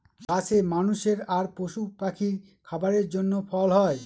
গাছে মানুষের আর পশু পাখির খাবারের জন্য ফল হয়